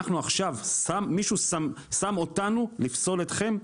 אנחנו עכשיו מישהו שם אותנו לפסול אתכם,